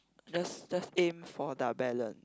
just just aim for the balance